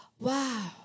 Wow